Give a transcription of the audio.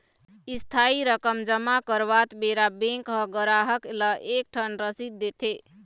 इस्थाई रकम जमा करवात बेरा बेंक ह गराहक ल एक ठन रसीद देथे